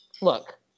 look